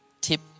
tip